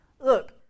Look